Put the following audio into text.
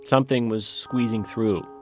something was squeezing through,